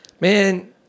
Man